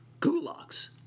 Gulags